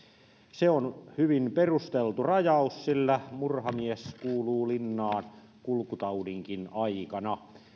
se on hyvin perusteltu rajaus sillä murhamies kuuluu linnaan kulkutaudinkin aikana